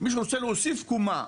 מי שרוצה להוסיף קומה,